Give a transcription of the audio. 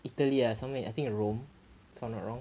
italy ah somewhere I think rome if I'm not wrong